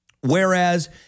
whereas